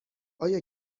آیا